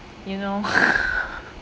you know